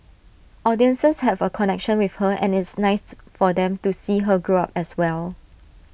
audiences have A connection with her and it's nice to for them to see her grow up as well